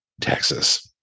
Texas